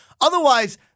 Otherwise